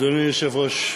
אדוני היושב-ראש,